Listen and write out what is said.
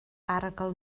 arogl